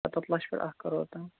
سَتَتھ لَچھ ٹو اَکھ کَرور تام